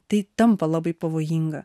tai tampa labai pavojinga